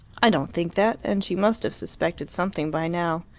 i don't think that. and she must have suspected something by now.